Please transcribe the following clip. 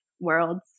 worlds